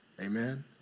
Amen